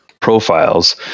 profiles